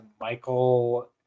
Michael